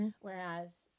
Whereas